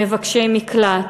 במבקשי מקלט,